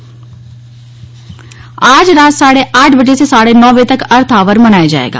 अर्थ Hour आज रात साढ़े आठ बजे से साढ़े नौ बजे तक अर्थ आवर मनाया जाएगा